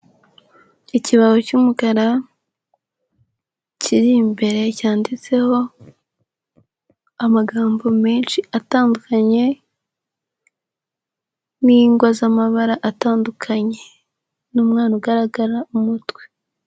Ikibaho cy'umukara kiri imbere cyanditseho amagambo menshi atandukanye n'ingwa z'amabara atandukanye n'umwana ugaragara umutwe.